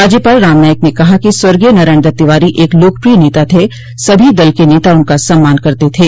राज्यपाल राम नाईक ने कहा कि स्वर्गीय नारायण दत्त तिवारी एक लोकप्रिय नेता थे सभी दल के नेता उनका सम्मान करते थे